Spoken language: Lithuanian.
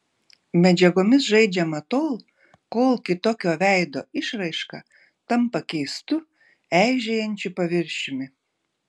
medžiagomis žaidžiama tol kol kitokio veido išraiška tampa keistu eižėjančiu paviršiumi